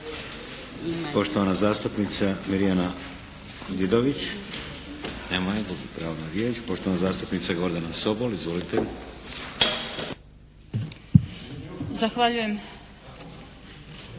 Poštovana zastupnica Mirjana Didović. Nema je. Gubi pravo na riječ. Poštovana zastupnica Gordana Sobol. Izvolite! **Sobol,